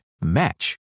match